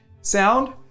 sound